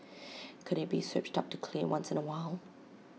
could IT be switched up to clay once in A while